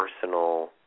personal